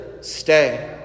stay